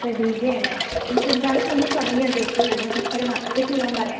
പ്രതീജയാണ് എൻ്റെ ചുരിദാർ തുന്നി തുടങ്ങിയോ ചേച്ചി അതിൽ കുറച്ചൊരു വർക്ക് ചെയ്യാൻ പറയാൻ